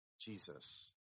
Jesus